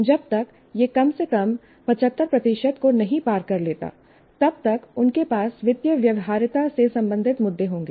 जब तक यह कम से कम 75 को पार नहीं कर लेता तब तक उनके पास वित्तीय व्यवहार्यता से संबंधित मुद्दे होंगे